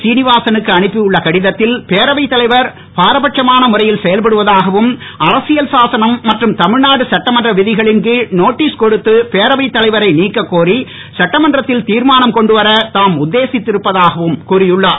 சீனிவாசனுக்கு அனுப்பி உள்ள கடிதத்தில் பேரவைத் தலைவர் பாரபட்சமான முறையில் செயல்படுவதாகவும் அரசியல் சாசனம் மற்றும் தமிழ்நாடு சட்டமன்ற விதிகளின் கீழ் நோட்டீஸ் கொடுத்து பேரவைத் தலைவரை நீக்க கோரி சட்டமன்றத்தில் தீர்மானம் கொண்டுவர தாம் உத்தேசித்திருப்பதாகவும் கூறியுள்ளார்